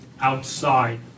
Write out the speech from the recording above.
outside